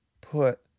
put